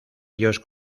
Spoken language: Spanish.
ellos